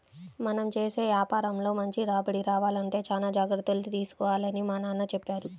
మనం చేసే యాపారంలో మంచి రాబడి రావాలంటే చానా జాగర్తలు తీసుకోవాలని మా నాన్న చెప్పారు